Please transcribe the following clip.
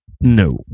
No